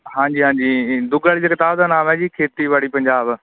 ਹਾਂਜੀ ਹਾਂਜੀ ਦੁੱਗਲ ਵਾਲੀ ਕਿਤਾਬ ਦਾ ਨਾਮ ਹੈ ਜੀ ਖੇਤੀਬਾੜੀ ਪੰਜਾਬ